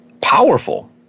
powerful